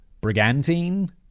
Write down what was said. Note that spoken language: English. Brigantine